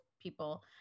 people